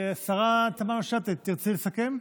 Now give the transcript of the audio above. השרה תמנו שטה, תרצי לסכם?